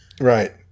Right